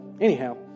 anyhow